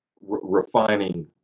refining